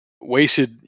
wasted